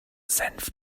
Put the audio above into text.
senf